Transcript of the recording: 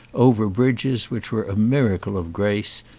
over bridges which were a miracle of grace,